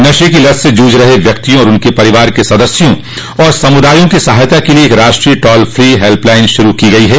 नशे की लत से जूझ रहे व्यक्तियों और उनके परिवार के सदस्यों तथा समुदायों की सहायता के लिए एक राष्ट्रीय टोल फ्री हेल्पलाइन शुरू की गई है